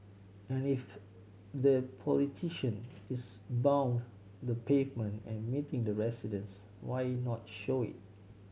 and if the politician is pound the pavement and meeting the residents why not show it